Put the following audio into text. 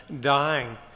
dying